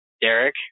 Derek